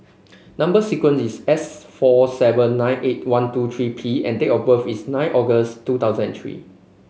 number sequence is S four seven nine eight one two three P and date of birth is nine August two thousand and three